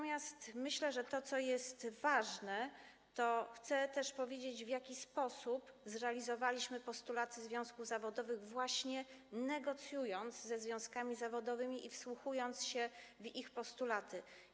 Myślę, że to, co jest ważne, o czym chcę też powiedzieć, to to, w jaki sposób zrealizowaliśmy postulaty związków zawodowych, właśnie negocjując ze związkami zawodowymi i wsłuchując się w ich postulaty.